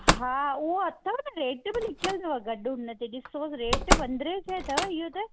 हा उअ अथव न रेट बि लिखियल अथव गॾु उन ते ॾिसो रेट पंद्रहे सै अथव इहो त